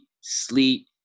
sleep